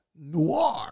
Noir